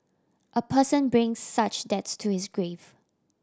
a person brings such debts to his grave